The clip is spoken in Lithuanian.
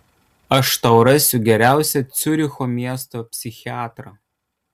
aš tau rasiu geriausią ciuricho miesto psichiatrą